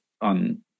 on